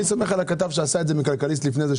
אני סומך על הכתב שפרסם את זה שהוא בדק לפני הפרסום